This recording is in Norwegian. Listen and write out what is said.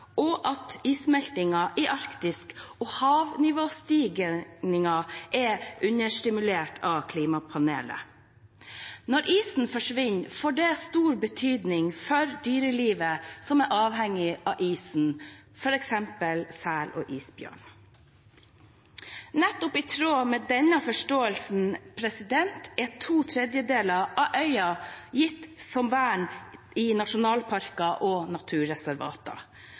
og at issmeltingen i Arktis og havnivåstigningen er underestimert av klimapanelet. Når isen forsvinner, får det stor betydning for dyrelivet som er avhengig av isen, f.eks. sel og isbjørn. Nettopp i tråd med denne forståelsen er to tredjedeler av øygruppen gitt vern som nasjonalparker og naturreservater.